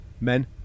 men